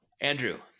Andrew